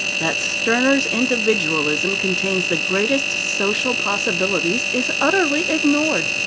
that stirner's individualism contains the greatest social possibilities is utterly ignored.